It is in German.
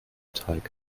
teig